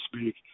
speak